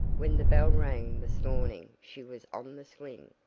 when the bell rang this morning she was on the swing,